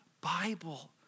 Bible